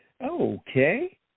Okay